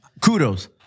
kudos